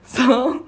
so